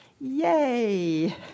Yay